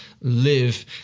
live